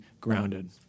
grounded